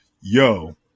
Yo